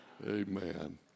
Amen